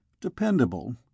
Dependable